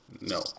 No